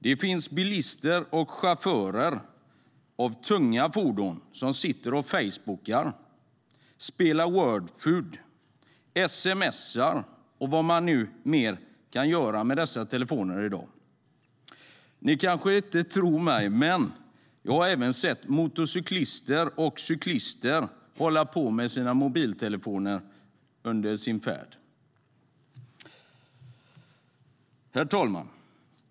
Det finns bilister och chaufförer i tunga fordon som sitter och "facebookar", spelar Wordfeud, sms:ar och vad man nu mer kan göra med dessa telefoner i dag. Ni kanske inte tror mig, men jag har även sett motorcyklister och cyklister hålla på med sina mobiltelefoner under färd. Herr talman!